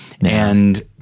And-